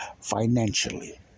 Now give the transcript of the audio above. financially